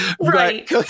right